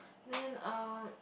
then um